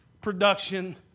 production